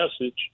message